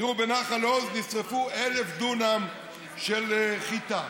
תראו, בנחל עוז נשרפו 1,000 דונם של חיטה,